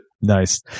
nice